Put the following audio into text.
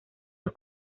los